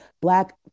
black